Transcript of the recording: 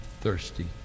thirsty